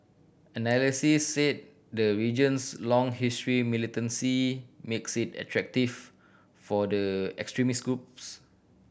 analysts said the region's long history militancy makes it attractive for the extremist groups